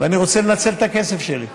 ואני רוצה לנצל את הכסף שלי.